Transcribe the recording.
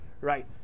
right